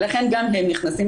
לכן גם הם נכנסים,